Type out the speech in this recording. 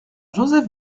joseph